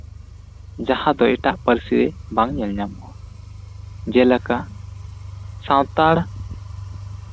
ᱡᱟᱦᱟᱸ ᱠᱚ ᱮᱴᱟᱜ ᱯᱟᱹᱨᱥᱤ ᱫᱚ ᱵᱟᱝ ᱧᱮᱞ ᱧᱟᱢᱚᱜᱼᱟ ᱡᱮᱞᱮᱠᱟ ᱥᱟᱱᱛᱟᱲ